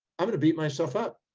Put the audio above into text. i'm going to beat myself up.